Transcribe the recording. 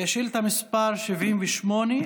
שאילתה מס' 78: